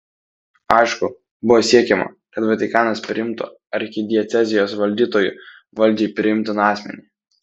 aišku buvo siekiama kad vatikanas priimtų arkidiecezijos valdytoju valdžiai priimtiną asmenį